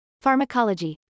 Pharmacology